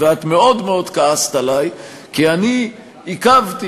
ואת מאוד מאוד כעסת עלי כי אני עיכבתי,